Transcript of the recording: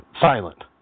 silent